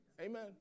Amen